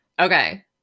okay